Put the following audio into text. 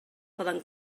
poden